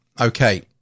okay